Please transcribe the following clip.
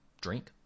drink